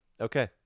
okay